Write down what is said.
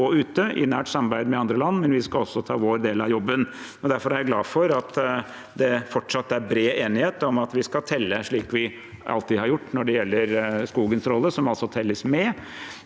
hjemme og ute i nært samarbeid med andre land, men vi skal også ta vår del av jobben. Derfor er jeg glad for at det fortsatt er bred enighet om at vi skal telle slik vi alltid har gjort når det gjelder skogens rolle, som altså telles med.